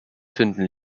zünden